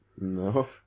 no